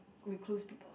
recluse people